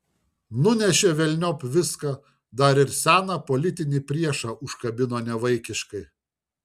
nunešė velniop viską dar ir seną politinį priešą užkabino nevaikiškai